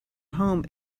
home